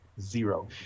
zero